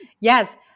Yes